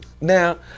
Now